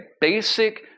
basic